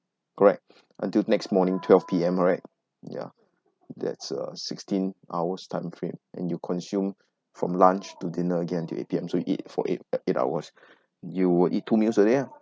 correct until next morning twelve P_M right ya that's a sixteen hours time frame and you consume from lunch to dinner again until eight P_M so you eat for eight eight hours you will eat two meals a day ah